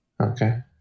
okay